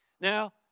Now